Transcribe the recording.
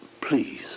Please